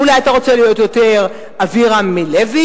אולי אתה רוצה להיות יותר אבירם מלוי,